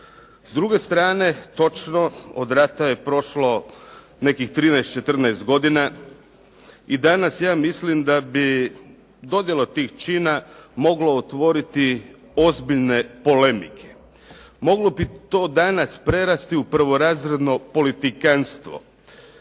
S druge strane, točno od rata je prošlo nekih trinaest, četrnaest godina i danas ja mislim da bi dodjela tih čina moglo otvoriti ozbiljne polemike. Moglo bi to danas prerasti u prvorazredno politikantstvo.